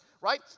right